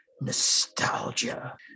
Nostalgia